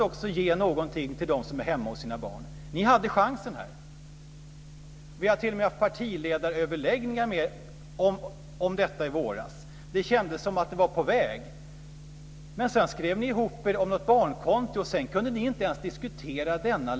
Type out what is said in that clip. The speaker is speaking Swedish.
Och vi vill sänka arbetstiden genom avtal mellan arbetsmarknadens parter i takt med den produktionsökning som medger detta.